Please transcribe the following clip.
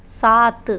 सात